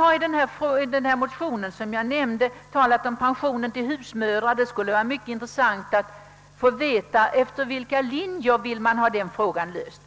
I den motion jag nämnde talas även om pension till husmödrar. Det skulle vara värdefullt att få veta efter vilka linjer man vill ha denna fråga löst.